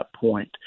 point